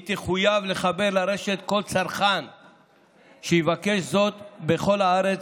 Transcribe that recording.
היא תחויב לחבר לרשת כל צרכן שיבקש זאת בכל הארץ,